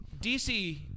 DC